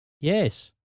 yes